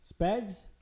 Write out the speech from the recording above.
Spag's